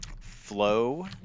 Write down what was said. Flow